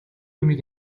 юмыг